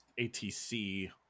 ATC